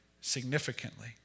significantly